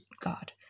God